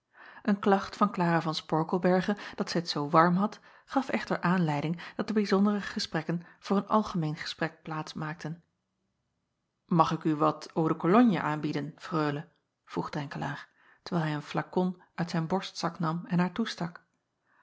en klacht van lara van porkelberghe dat zij t zoo warm had gaf echter aanleiding dat de bijzondere gesprekken voor een algemeen gesprek plaats maakten ag ik u wat eau de cologne aanbieden reule vroeg renkelaer terwijl hij een flakon uit zijn borstzak nam en haar